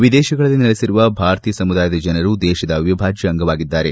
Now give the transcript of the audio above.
ವಿದೇತಗಳಲ್ಲಿ ನೆಲೆಸಿರುವ ಭಾರತೀಯ ಸಮುದಾಯದ ಜನರು ದೇತದ ಅವಿಭಾಜ್ಯ ಅಂಗವಾಗಿದ್ದಾರೆ